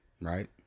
right